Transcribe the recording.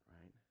right